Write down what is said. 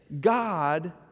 God